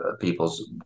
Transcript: peoples